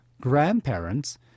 grandparents